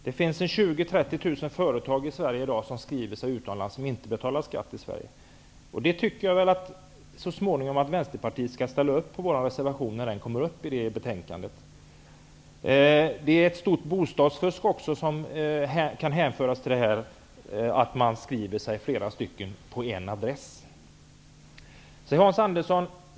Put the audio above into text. Det finns 20 000--30 000 svenska företag som i dag är skrivna utomlands och som inte betalar skatt i Sverige. Jag tycker nog att Vänsterpartiet skall rösta för vår reservation när det aktuella betänkandet tas upp till behandling. Också det stora bostadsfusket kan nämnas här. Flera personer kan ju stå skrivna på en och samma adress.